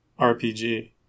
RPG